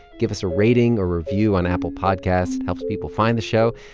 give us a rating or review on apple podcasts helps people find the show.